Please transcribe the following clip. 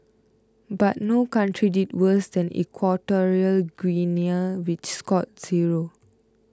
but no country did worse than Equatorial Guinea which scored zero